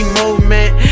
movement